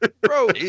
Bro